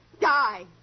Die